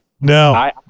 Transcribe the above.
No